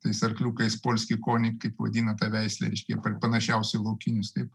tais arkliukaispolskyj konik kaip vadina tą veislę reiškia panašiausi į laukinius taip